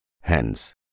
Hence